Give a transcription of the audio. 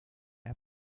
app